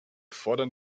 fordern